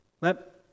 Let